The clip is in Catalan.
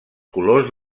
colors